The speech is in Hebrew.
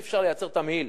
אם אפשר לייצר תמהיל